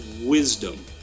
wisdom